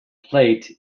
plate